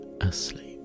asleep